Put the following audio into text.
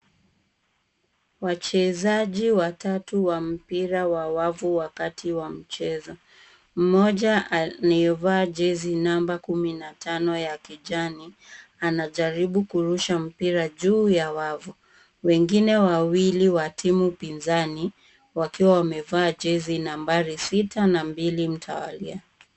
Wachezaji watatu wa mpira wa wavu wakati wa mchezo. Mmoja amevaa jezi namba kumi na tano ya kijani, anajaribu kurusha mpira juu ya wavu. Mwingine wawili wa timu pinzani wakiwa wamevaa jezi nambari sita na mbili mtawalia.